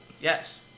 Yes